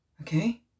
Okay